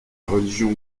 religion